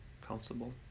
comfortable